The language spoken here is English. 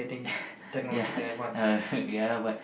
ya uh ya but